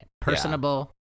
personable